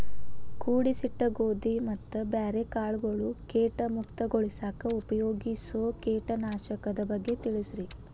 ಕೂಡಿಸಿಟ್ಟ ಗೋಧಿ ಮತ್ತ ಬ್ಯಾರೆ ಕಾಳಗೊಳ್ ಕೇಟ ಮುಕ್ತಗೋಳಿಸಾಕ್ ಉಪಯೋಗಿಸೋ ಕೇಟನಾಶಕದ ಬಗ್ಗೆ ತಿಳಸ್ರಿ